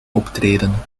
optreden